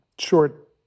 short